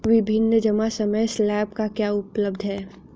विभिन्न जमा समय स्लैब क्या उपलब्ध हैं?